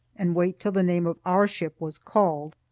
and wait till the name of our ship was called.